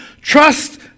trust